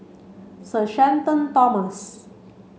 Sir Shenton Thomas